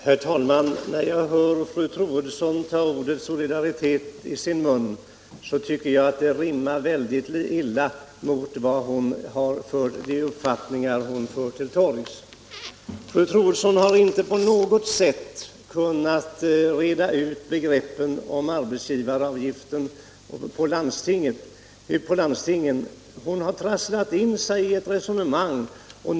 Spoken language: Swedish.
Herr talman! När fru Troedsson tar ordet ”solidaritet” i sin mun, tycker jag att det rimmar mycket illa med de uppfattningar hon för till torgs. Fru Troedsson har inte på något sätt kunnat reda ut arbetsgivaravgiftens effekt för landstingen. Hon har här trasslat in sig i resonemanget.